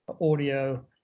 audio